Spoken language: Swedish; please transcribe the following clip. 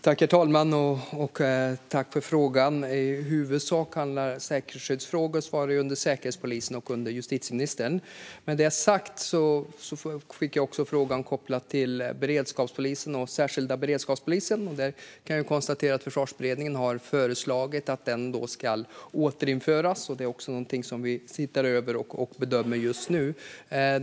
Herr talman! Jag tackar för frågan. I huvudsak ligger säkerhetsskyddsfrågor under Säkerhetspolisen och justitieministern. Men jag fick också frågan kopplad till beredskapspolisen och den särskilda beredskapspolisen. Jag kan konstatera att Försvarsberedningen har föreslagit att den ska återinföras. Det är också något som vi tittar över och bedömer just nu.